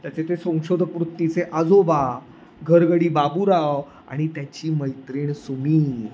त्याचे ते संशोधक वृत्तीचे आजोबा घरगडी बाबूराव आणि त्याची मैत्रीण सुमी